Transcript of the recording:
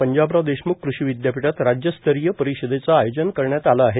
पंजाबराव देशम्ख कृषी विद्यापीठात राज्यस्तरीय परिषदेचे आयोजन करण्यात आले आहे